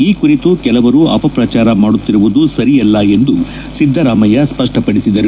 ಈ ಕುರಿತು ಕೆಲವರು ಅಪಪ್ರಚಾರ ಮಾಡುತ್ತಿರುವುದು ಸರಿಯಲ್ಲಿ ಎಂದು ಸಿದ್ದರಾಮಯ್ಯ ಸ್ಪಪ್ಪಪಡಿಸಿದರು